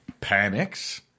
panics